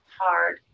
hard